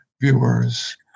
viewers